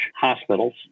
hospitals